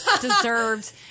deserved